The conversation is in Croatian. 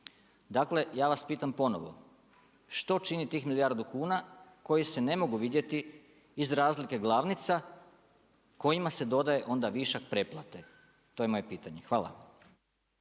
Dakle, ja vas pitam ponovo što čini tih milijardu kuna koje se ne mogu vidjeti iz razlike glavnica kojima se dodaje onda višak preplate. To je moje pitanje. Hvala.